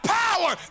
power